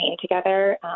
together